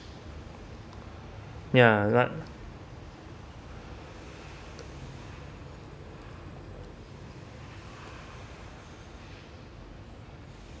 ya